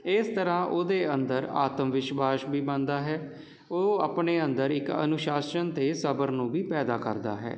ਇਸ ਤਰ੍ਹਾਂ ਉਹਦੇ ਅੰਦਰ ਆਤਮ ਵਿਸ਼ਵਾਸ਼ ਵੀ ਬਣਦਾ ਹੈ ਉਹ ਆਪਣੇ ਅੰਦਰ ਇੱਕ ਅਨੁਸ਼ਾਸਨ ਅਤੇ ਸਬਰ ਨੂੰ ਵੀ ਪੈਦਾ ਕਰਦਾ ਹੈ